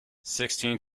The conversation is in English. sixteen